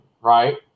right